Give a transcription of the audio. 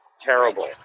terrible